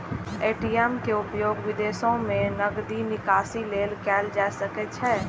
ATM के उपयोग विदेशो मे नकदी निकासी लेल कैल जा सकैत छैक